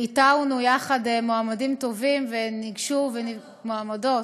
איתרנו יחד מועמדים טובים, וניגשו, מועמדות.